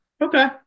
Okay